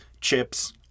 chips